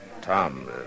Tom